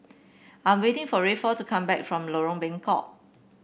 I'm waiting for Rayford to come back from Lorong Bengkok